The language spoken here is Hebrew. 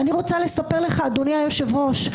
אדוני היושב-ראש,